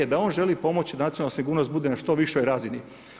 Da on želi pomoći da nacionalna sigurnost bude na što višoj razini.